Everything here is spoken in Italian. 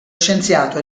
scienziato